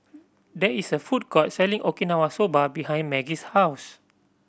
there is a food court selling Okinawa Soba behind Maggie's house